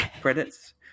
credits